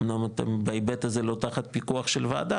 אמנם אתם בהיבט הזה לא תחת פיקוח של ועדה